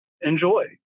enjoy